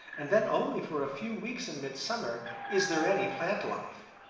and then only for a few weeks in midsummer, is there any plant life.